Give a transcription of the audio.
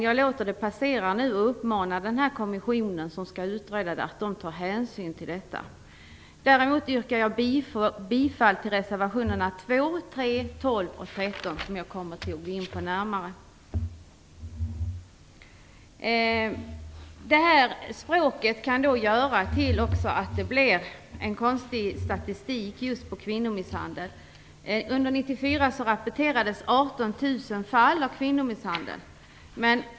Jag låter det dock passera nu och uppmanar den kommission som skall göra en utredning att ta hänsyn till det jag har tagit upp här. Däremot yrkar jag bifall till reservationerna 2, 3, 12 och 13, som jag kommer att gå in på närmare. Språket kan också göra att det blir en konstig statistik just över kvinnomisshandel. Under 1994 rapporterades 18 000 fall av kvinnomisshandel.